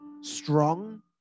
Strong